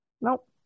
Nope